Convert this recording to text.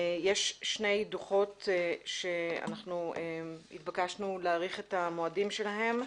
יש שני דוחות שאנחנו התבקשנו להאריך את המועדים שלהם.